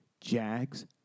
Jags